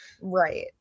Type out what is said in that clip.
Right